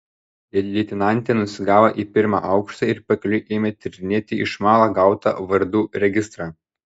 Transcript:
leitenantė nusigavo į pirmą aukštą ir pakeliui ėmė tyrinėti iš malo gautą vardų registrą